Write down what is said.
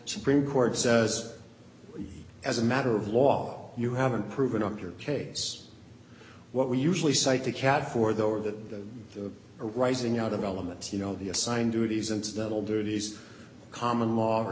supreme court says as a matter of law you haven't proven up your case what we usually cite the cat for though are the arising out of elements you know the assigned duties incidental duties common law or